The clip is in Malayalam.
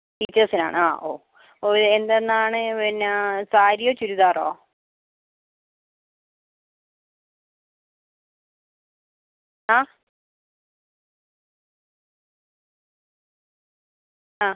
ടീച്ചേഴ്സിനാണ് ആ ഓ എന്താണ് പിന്നെ സാരിയോ ചുരിദാറോ ആ ആ